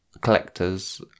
collectors